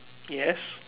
yes